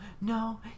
no